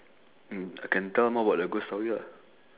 mm can tell more about the ghost story ah